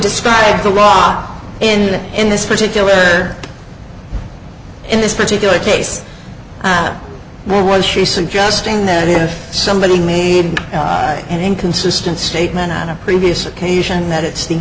despite the rod in in this particular in this particular case where was she suggesting that if somebody made an inconsistent statement on a previous occasion that it's thing